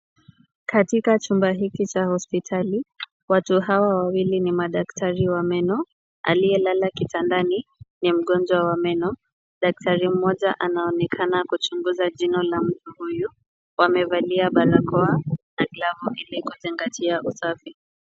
Katika chumba hiki cha hospitali, watu hawa wawili ni madaktari wa meno. Aliyelala kitandani ni mgonjwa wa meno. Daktari mmoja anaonekana kuchunguza jina la mtu huyu. Wamevalia barakoa na glavu ili kuzingatia usafi.